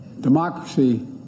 Democracy